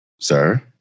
Sir